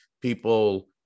people